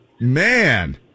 man